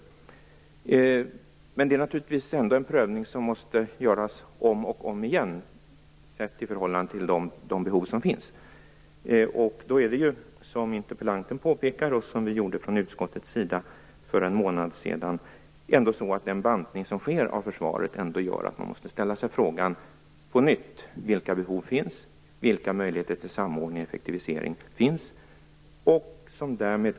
Men prövningen av detta måste naturligtvis göras om och om igen i förhållande till de behov som finns. Som interpellanten påpekar och som utskottet framhöll för en månad sedan gör den pågående bantningen av försvaret att man på nytt måste ställa sig frågan vilka behov och vilka möjligheter till samordning och effektivisering som finns.